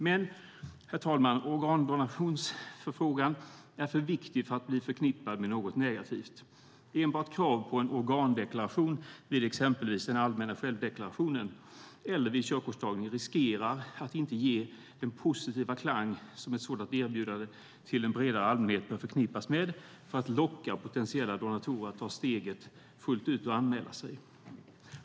Men, herr talman, organdonationsförfrågan är för viktig för att bli förknippad med något negativt. Enbart krav på en "organdeklaration" vid exempelvis den allmänna självdeklarationen eller vid körkortstagning riskerar att inte ge den positiva klang som ett sådant erbjudande till en bredare allmänhet bör förknippas med för att locka potentiella donatorer att ta steget fullt ut och anmäla sig.